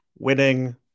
Winning